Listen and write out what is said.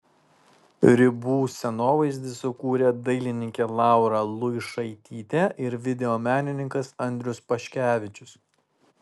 ribų scenovaizdį sukūrė dailininkė laura luišaitytė ir video menininkas andrius paškevičius